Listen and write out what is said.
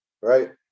right